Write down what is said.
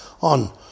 on